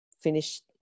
finished